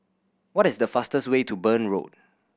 what is the fastest way to Burn Road